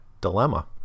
dilemma